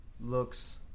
looks